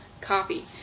copy